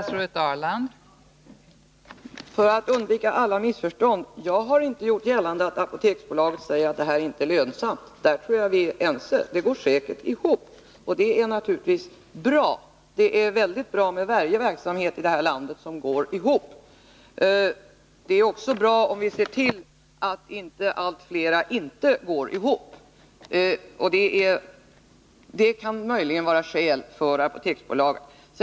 Fru talman! För att undvika alla missförstånd vill jag säga att jag inte gjort gällande att Apoteksbolaget säger att detta apotek inte är lönsamt. Där tror jag att vi är ense — det går säkerligen ihop, och det är naturligtvis bra. Det är mycket bra med varje verksamhet i detta land som går ihop. Det är också bra om vi ser till att inte allt fler verksamheter inte går ihop. Det kan möjligen vara ett skäl för Apoteksbolaget att byta lokaler.